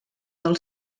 del